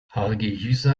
hargeysa